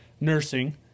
nursing